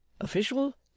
official